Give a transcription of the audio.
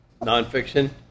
Nonfiction